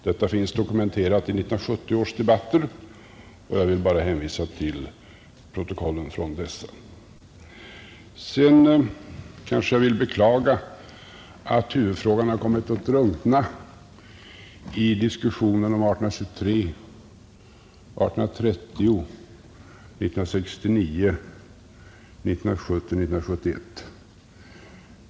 Detta finns dokumenterat i 1970 års debatter, och jag vill bara hänvisa till protokollen från dessa. Sedan vill jag beklaga att huvudfrågan har kommit att drunkna i diskussionen om vad som förekommit 1823, 1830, 1969, 1970 och 1971.